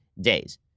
days